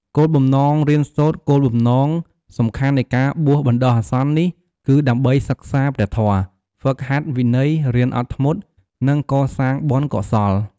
គោលបំណងរៀនសូត្រ គោលបំណងសំខាន់នៃការបួសបណ្ដោះអាសន្ននេះ គឺដើម្បីសិក្សាព្រះធម៌ ហ្វឹកហាត់វិន័យ រៀនអត់ធ្មត់ និងកសាងបុណ្យកុសល។